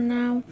now